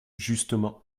justement